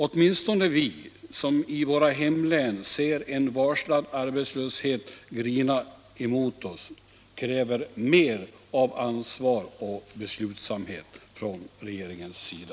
Åtminstone vi, som i våra hemlän ser en varslad arbetslöshet grina emot oss, kräver mer av ansvar och beslutsamhet från regeringens sida.